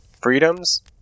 Freedoms